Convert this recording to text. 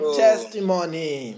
testimony